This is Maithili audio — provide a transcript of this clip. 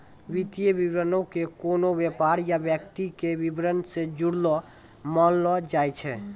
वित्तीय विवरणो के कोनो व्यापार या व्यक्ति के विबरण से जुड़लो मानलो जाय छै